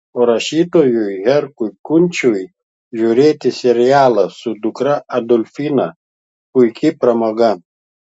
o rašytojui herkui kunčiui žiūrėti serialą su dukra adolfina puiki pramoga